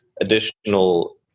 additional